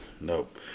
Nope